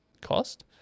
cost